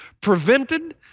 prevented